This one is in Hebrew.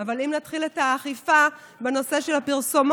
אבל אם נתחיל את האכיפה בנושא הפרסומות,